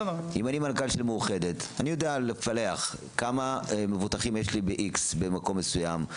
אני מנכ"ל של מאוחדת אני יודע לפלח כמה מבוטחים יש לי במקום מסוים,